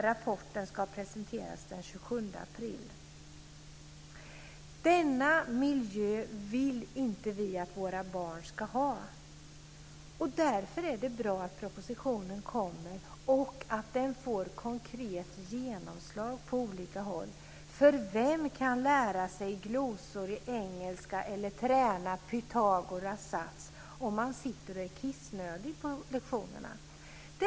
Rapporten ska presenteras den 27 april. Denna miljö vill vi inte att våra barn ska ha. Därför är det bra att propositionen kommer och att den får ett konkret genomslag på olika håll, för vem kan lära sig engelska glosor eller träna Pythagoras sats om man sitter och är kissnödig på lektionerna?